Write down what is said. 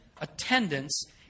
attendance